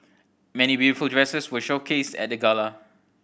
many beautiful dresses were showcased at the gala